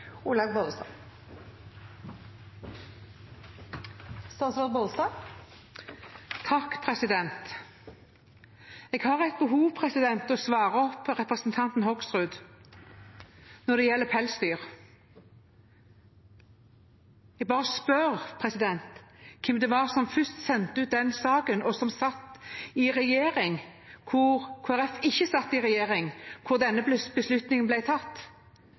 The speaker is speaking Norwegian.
Jeg har behov for å svare representanten Hoksrud når det gjelder pelsdyr. Jeg bare spør hvem som først sendte ut den saken, og som satt i regjering, da Kristelig Folkeparti ikke satt i regjering, da denne beslutningen ble tatt